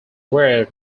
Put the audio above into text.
where